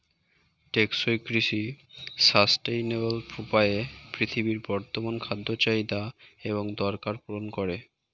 টেকসই কৃষি সাস্টেইনেবল উপায়ে পৃথিবীর বর্তমান খাদ্য চাহিদা এবং দরকার পূরণ করে